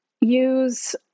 use